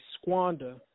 squander –